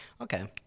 Okay